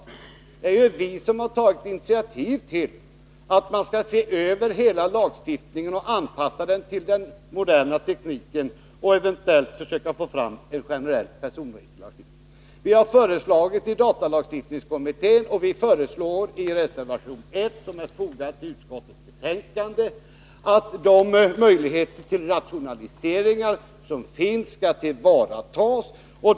Men det stämmer inte, ty det är ju vi som har tagit initiativ till att man skall se över hela lagstiftningen och anpassa den till den moderna tekniken för att eventuellt kunna få fram en generell personregisterlagstiftning. I datalagstiftningskommittén och i reservation 1, som är fogad till konstitutionsutskottets betänkande, har vi föreslagit att de möjligheter till rationalisering som finns skall tillvaratas.